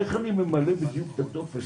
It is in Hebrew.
איך אני ממלא בדיוק את הטופס,